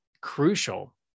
crucial